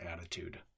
attitude